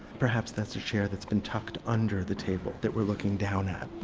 perhaps that's a chair that's been tucked under the table that we're looking down at.